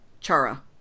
Chara